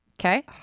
Okay